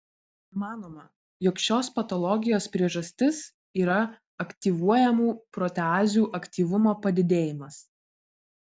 manoma jog šios patologijos priežastis yra aktyvuojamų proteazių aktyvumo padidėjimas